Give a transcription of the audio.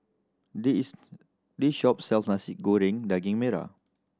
this is this shop sells Nasi Goreng Daging Merah